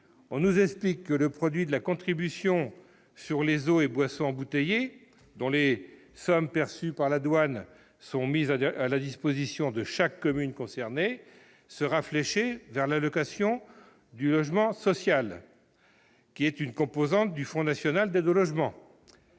on nous explique que le produit de la contribution sur les eaux et boissons embouteillées, dont les sommes perçues par la douane sont mises à la disposition de chaque commune concernée, sera fléché vers l'allocation de logement social, qui est une composante du Fonds national d'aide au logement,